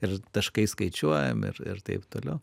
ir taškai skaičiuojami ir ir taip toliau